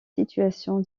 situations